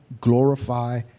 glorify